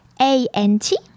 A-N-T